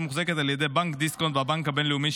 מוחזקת על ידי בנק דיסקונט והבנק הבינלאומי,